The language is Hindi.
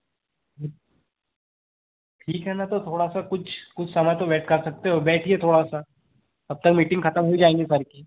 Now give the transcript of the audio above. ठीक है मैं तो थोड़ा सा कुछ कुछ समय तो वेट कर सकते हो बैठिए थोड़ा सा तब तक मीटिंग ख़त्म हो जाएँगी सर की